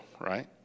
right